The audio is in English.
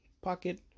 pocket